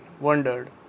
Wondered